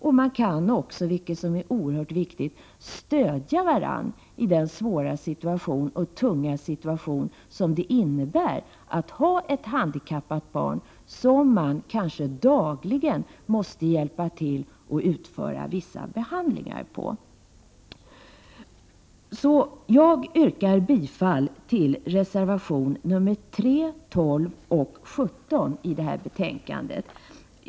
De kan också, vilket är oerhört viktigt, stödja varandra i den svåra och tunga situation som det innebär att ha ett handikappat barn, som man kanske dagligen måste hjälpa och utföra vissa behandlingar på. Jag yrkar således bifall till reservationerna 3, 12 och 17 i detta betänkande.